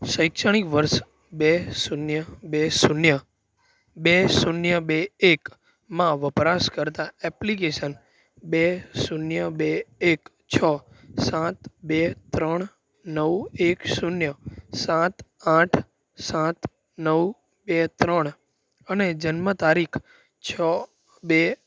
શૈક્ષણિક વર્ષ બે શૂન્ય બે શૂન્ય બે શૂન્ય બે એકમાં વપરાશકર્તા એપ્લિકેશન બે શૂન્ય બે એક છ સાત બે ત્રણ નવ એક શૂન્ય સાત આઠ સાત નવ બે ત્રણ અને જન્મ તારીખ છે બે